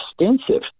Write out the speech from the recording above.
extensive